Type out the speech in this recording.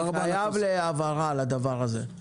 אני חייב הבהרה על הדבר הזה.